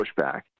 pushback